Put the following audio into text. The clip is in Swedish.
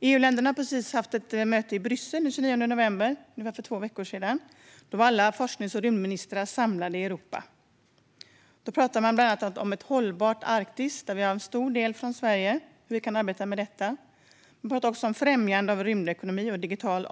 När EU-länderna möttes i Bryssel för två veckor sedan, den 29 november, samlades alla forsknings och rymdministrar. Det talades bland annat om ett hållbart Arktis, vilket Sverige är engagerat i. Det talades också om främjande av rymdekonomi och digital